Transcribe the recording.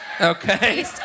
Okay